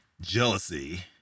jealousy